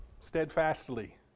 steadfastly